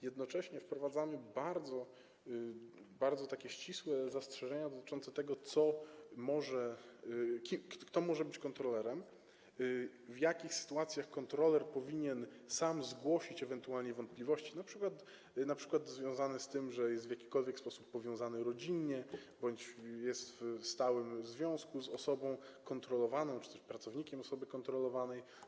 Jednocześnie wprowadzamy bardzo ścisłe zastrzeżenia dotyczące tego, kto może być kontrolerem, w jakich sytuacjach kontroler powinien sam zgłosić ewentualnie wątpliwości, np. związane z tym, że jest w jakikolwiek sposób powiązany rodzinnie bądź jest w stałym związku z osobą kontrolowaną czy też z pracownikiem osoby kontrolowanej.